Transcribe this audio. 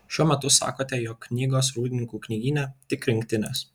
šiuo metu sakote jog knygos rūdninkų knygyne tik rinktinės